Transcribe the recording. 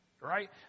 right